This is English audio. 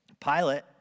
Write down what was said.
Pilate